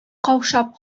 каушап